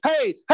hey